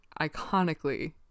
iconically